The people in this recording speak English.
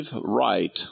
right